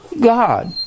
God